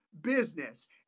business